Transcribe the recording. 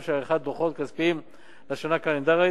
של עריכת דוחות כספיים לשנה הקלנדרית.